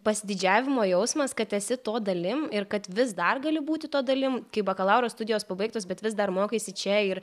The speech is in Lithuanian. pasididžiavimo jausmas kad esi to dalim ir kad vis dar gali būti to dalim kaip bakalauro studijos pabaigtos bet vis dar mokaisi čia ir